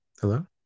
Hello